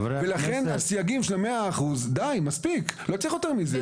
לכן הסייגים של ה-100 אחוזים ולא צריך יותר מזה.